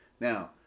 Now